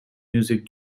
music